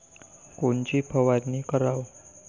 कोनची फवारणी कराव?